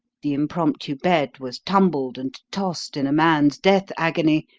the impromptu bed was tumbled and tossed in a man's death agony,